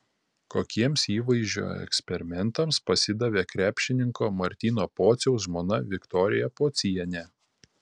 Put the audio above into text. kokiems įvaizdžio eksperimentams pasidavė krepšininko martyno pociaus žmona viktorija pocienė